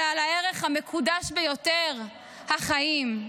אלא על הערך המקודש ביותר: החיים.